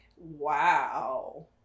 wow